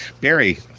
barry